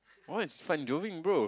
what's fun joving bro